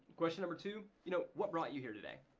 question number two, you know what brought you here today?